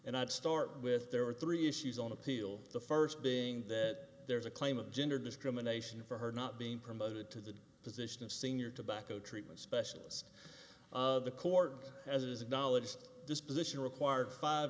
and i'd start with there are three issues on appeal the first being that there's a claim of gender discrimination for her not being promoted to the position of senior tobacco treatment specialist of the court as it is acknowledged disposition required five